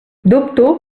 dubto